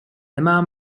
nemá